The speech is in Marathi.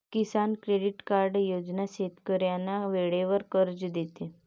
किसान क्रेडिट कार्ड योजना शेतकऱ्यांना वेळेवर कर्ज देते